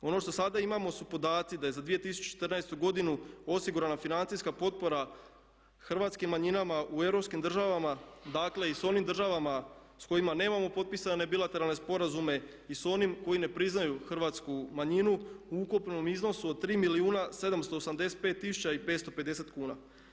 Ono što sada imamo su podaci da je za 2014. godinu osigurana financijska potpora hrvatskim manjinama u europskim državama, dakle i s onim državama s kojima nemamo potpisane bilateralne sporazume i s onim koji ne priznaju hrvatsku manjinu u ukupnom iznosu od 3 milijuna 785 tisuća i 550 kuna.